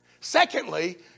Secondly